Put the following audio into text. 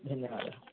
धन्यवादः